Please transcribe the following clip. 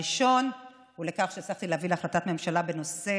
הראשון הוא שהצלחתי להביא להחלטת ממשלה בנושא